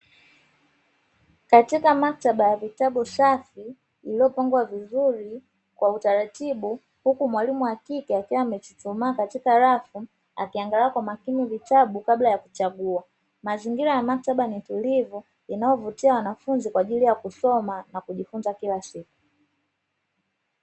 Katika maktaba ya vitabu safi ilofungwa vizuri kwa utaratibu, huku mwalimu wa kike akiwa amechuchumaa katika rafu akiangalia kwa makini vitabu kabla ya kuchagua, mazingira ya maktaba ni tulivu inayo vutia wanafunzi kwa ajili ya kusoma na kujifunza kila siku.